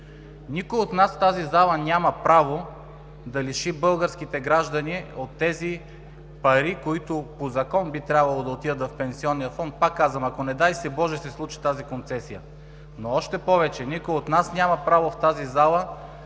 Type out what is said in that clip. Никой от нас в тази зала няма право да лиши българските граждани от тези пари, които по закон би трябвало да отидат в Пенсионния фонд, пак казвам, ако, не дай си боже, се случи тази концесия, но още повече никой от нас няма право в тази зала